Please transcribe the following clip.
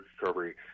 Recovery